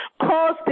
cause